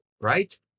Right